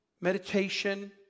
meditation